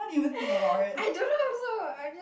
I don't know also I just